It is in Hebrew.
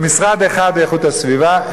אחד באיכות הסביבה,